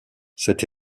cette